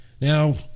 Now